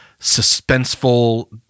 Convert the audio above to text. suspenseful